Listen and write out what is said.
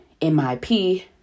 MIP